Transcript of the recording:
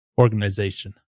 organization